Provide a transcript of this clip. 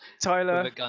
Tyler